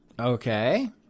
Okay